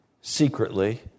secretly